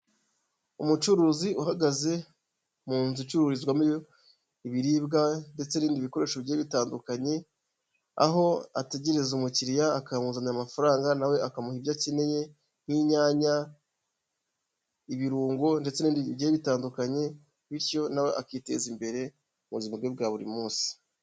Umucuruzi uhagaze mu nzu icururizwamo ibiribwa ndetse n'ibindi bikoresho bigiye bitandukanye aho ategereza umukiriya akamuzanira amafaranga nawe akamuha ibyo akeneye nk'inyanya, ibirungo, ndetse n'ibindi bigiye bitandukanye bityo nawe akiteza imbere mu buzima bwe bwa buri munsi.